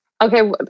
okay